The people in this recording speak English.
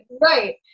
Right